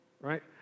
Right